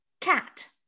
cat